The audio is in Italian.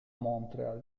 montréal